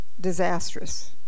disastrous